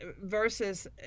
versus